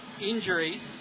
injuries